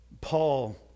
Paul